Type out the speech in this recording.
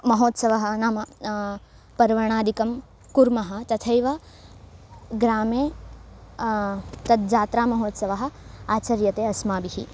महोत्सवः नाम पर्वणादिकं कुर्मः तथैव ग्रामे तज्जात्रामहोत्सवः आचर्यते अस्माभिः